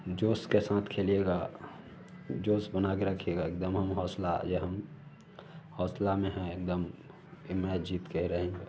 जोश के साथ खेलिएगा जोश बनाकर रखिएगा एकदम हम हौसला या हम हौसले में हैं एकदम यह मैच जीतकर ही रहेंगे